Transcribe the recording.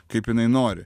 kaip jinai nori